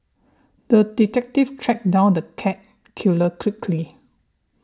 the detective tracked down the cat killer quickly